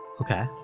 Okay